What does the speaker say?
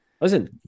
Listen